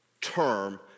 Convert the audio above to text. term